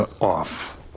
off